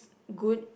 good